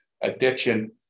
addiction